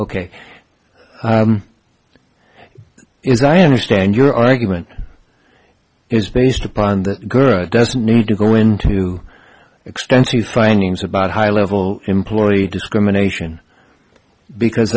as i understand your argument is based upon the good doesn't need to go into extensive findings about high level employee discrimination because